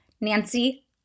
Nancy